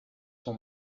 son